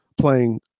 playing